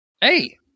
hey